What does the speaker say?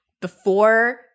before-